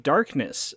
Darkness